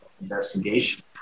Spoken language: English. investigation